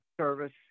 service